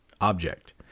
object